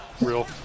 Real